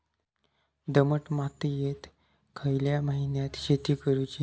दमट मातयेत खयल्या महिन्यात शेती करुची?